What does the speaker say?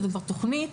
זוהי תכנית